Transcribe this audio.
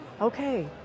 okay